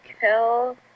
kill